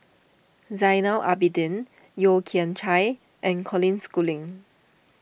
Zainal Abidin Yeo Kian Chai and Colin Schooling